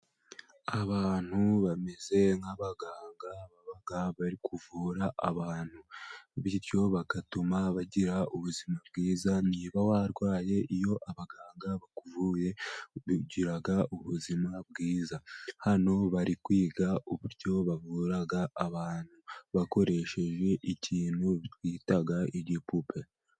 Abantu bameze nk'abaganga baba bari kuvura abantu bityo bagatuma bagira ubuzima bwiza, niba warwaye iyo abaganga bakuvuye ugira ubuzima bwiza, hano bari kwiga uburyo bavura abantu bakoresheje ikintu bita igipupe.